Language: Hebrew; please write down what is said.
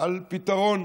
על פתרון.